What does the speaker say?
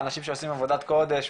אנשים שעושים עבודת קודש,